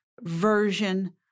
version